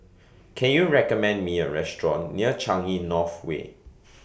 Can YOU recommend Me A Restaurant near Changi North Way